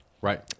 right